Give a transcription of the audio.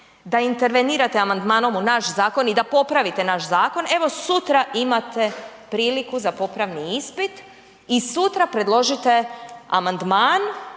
da intervenirate amandmanom u naš zakon i da popravite naš zakon evo sutra imate priliku za popravni ispit i sutra predložite amandman